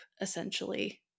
essentially